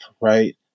Right